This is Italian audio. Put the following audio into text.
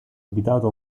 abitato